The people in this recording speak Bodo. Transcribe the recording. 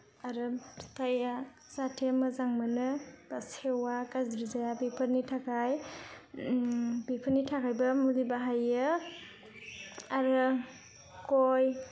आरो फिथाया जाहाथे मोजां मोनो बा सेवा गाज्रि जाया बेफोरनि थाखाय बेफोरनि थाखायबो मुलि बाहायो आरो गय